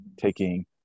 taking